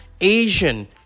Asian